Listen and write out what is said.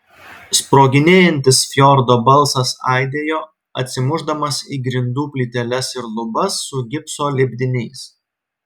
sproginėjantis fjordo balsas aidėjo atsimušdamas į grindų plyteles ir lubas su gipso lipdiniais